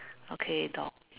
okay dog